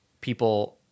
people